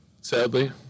sadly